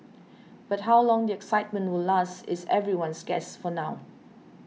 but how long the excitement will last is everyone's guess for now